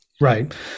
Right